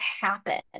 happen